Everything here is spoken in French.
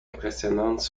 impressionnantes